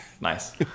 Nice